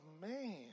man